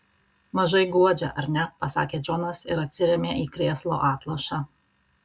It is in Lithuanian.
mažai guodžia ar ne pasakė džonas ir atsirėmė į krėslo atlošą